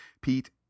Pete